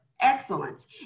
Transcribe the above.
excellence